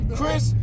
Chris